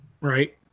Right